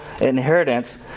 inheritance